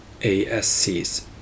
ASCs